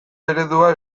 eredua